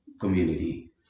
community